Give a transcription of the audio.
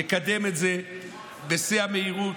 והוא יקדם את זה בשיא המהירות,